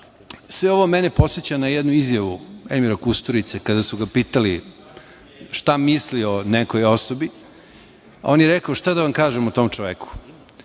sve ovo mene podseća na jednu izjavu Emira Kusturice. Kada su ga pitali šta misli o nekoj osobi, on je rekao - šta da vam kažem o tom čoveku,